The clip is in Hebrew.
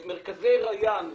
מרכזי ריאן,